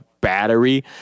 Battery